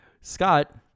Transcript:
Scott